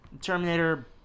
Terminator